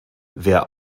wer